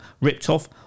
ripped-off